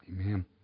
Amen